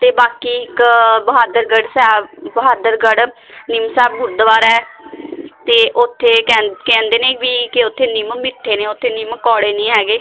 ਅਤੇ ਬਾਕੀ ਇੱਕ ਬਹਾਦਰਗੜ੍ਹ ਸਾਹਿਬ ਬਹਾਦਰਗੜ੍ਹ ਨਿੰਮ ਸਾਹਿਬ ਗੁਰਦੁਆਰਾ ਹੈ ਅਤੇ ਉੱਥੇ ਕਹਿੰ ਕਹਿੰਦੇ ਨੇ ਵੀ ਕਿ ਉੱਥੇ ਨਿੰਮ ਮਿੱਠੇ ਨੇ ਉੱਥੇ ਨਿੰਮ ਕੌੜੇ ਨਹੀਂ ਹੈਗੇ